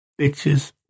Bitches